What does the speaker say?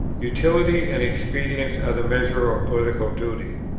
utility and expedience are the measure of political duty.